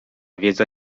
wiedza